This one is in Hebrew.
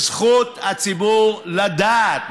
זכות הציבור לדעת,